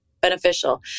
beneficial